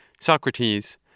Socrates